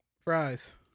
Fries